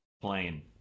plane